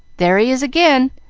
there he is again!